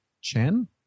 Chen